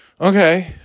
Okay